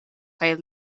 kaj